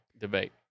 debate